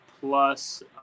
plus